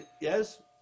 Yes